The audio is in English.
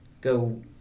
go